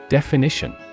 Definition